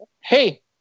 Hey